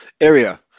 area